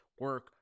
Work